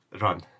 Run